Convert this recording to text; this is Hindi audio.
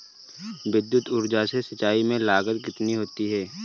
विद्युत ऊर्जा से सिंचाई में लागत कितनी होती है?